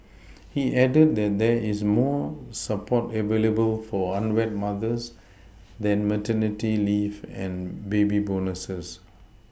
he added that there is more support available for unwed mothers than maternity leave and baby bonuses